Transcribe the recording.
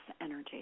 energy